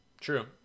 True